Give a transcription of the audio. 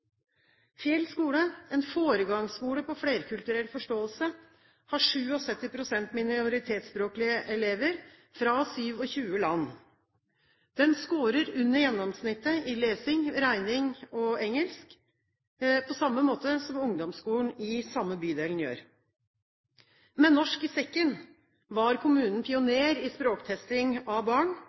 Fjell skole, en foregangsskole når det gjelder flerkulturell forståelse, har 77 pst. minoritetsspråklige elever fra 27 land. Skolen skårer under gjennomsnittet i lesing, regning og engelsk, på samme måte som ungdomsskolen i samme bydel gjør. Med «Med norsk i sekken» var kommunen pioner i språktesting av barn.